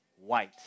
white